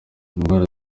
indwara